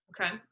Okay